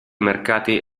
mercati